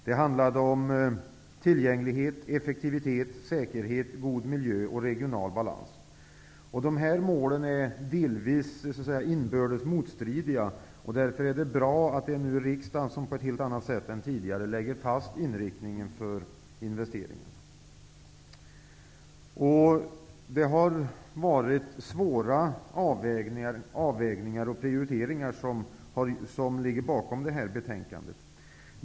Det handlade om tillgänglighet, effektivitet, säkerhet, god miljö och regional balans. Dessa mål är delvis motstridiga. Därför är det bra att riksdagen nu på ett helt annat sätt än tidigare lägger fast inriktningen för investeringarna. Det är svåra avvägningar och prioriteringar som ligger bakom betänkandet.